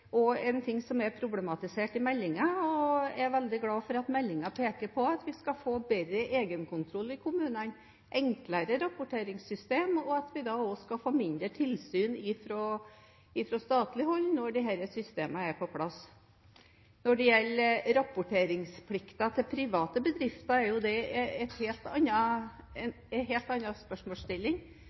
en ting som er problematisert i meldingen. Jeg er veldig glad for at meldingen peker på at vi skal få bedre egenkontroll i kommunene, enklere rapporteringssystem, og at vi også skal få mindre tilsyn fra statlig hold når disse systemene er på plass. Når det gjelder rapporteringsplikten til private bedrifter, er jo det en helt